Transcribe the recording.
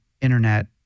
internet